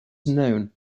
known